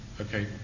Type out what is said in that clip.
Okay